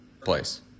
place